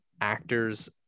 actors